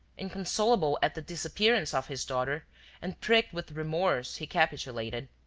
inconsolable at the disappearance of his daughter and pricked with remorse, he capitulated.